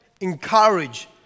encourage